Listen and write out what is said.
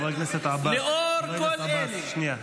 חבר הכנסת עבאס, שנייה.